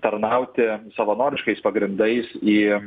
tarnauti savanoriškais pagrindais į